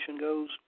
goes